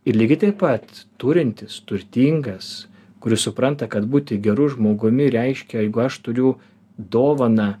ir lygiai taip pat turintis turtingas kuris supranta kad būti geru žmogumi reiškia aš turiu dovaną